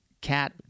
Cat